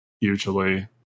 usually